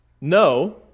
no